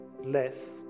less